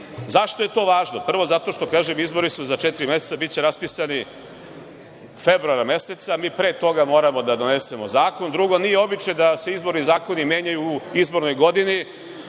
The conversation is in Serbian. je to važno? Prvo, zato što kažem da su izbori za četiri meseca, biće raspisani februara meseca a mi pre toga moramo da donesemo zakon. Drugo, nije običaj da se izborni zakoni menjaju u izbornoj godini,